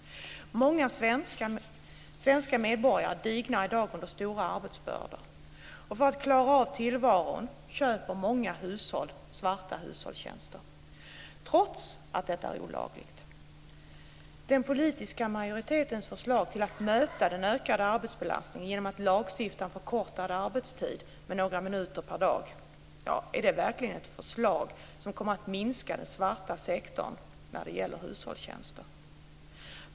Många svenska medborgare dignar i dag under stora arbetsbördor. För att klara av tillvaron köper många hushåll svarta hushållstjänster trots att detta är olagligt. Den politiska majoritetens förslag är att möta den ökade arbetsbelastningen genom att lagstifta om förkortad arbetstid med några minuter per dag. Är det verkligen ett förslag som kommer att minska den svarta sektorn när det gäller hushållstjänster?